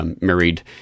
married